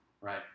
right